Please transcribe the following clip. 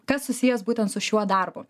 kas susijęs būtent su šiuo darbu